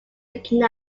looking